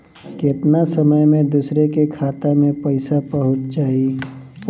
केतना समय मं दूसरे के खाता मे पईसा पहुंच जाई?